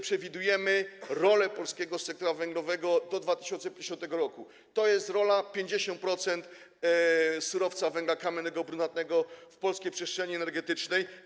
Przewidujemy tam rolę polskiego sektora węglowego do 2050 r. - 50% surowca węgla kamiennego, brunatnego w polskiej przestrzeni energetycznej.